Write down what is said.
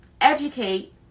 educate